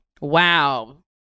Wow